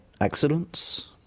accidents